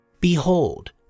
Behold